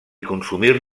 consumir